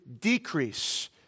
decrease